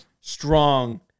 strong